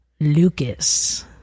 lucas